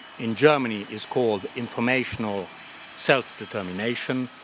in germany, is called informational self determination.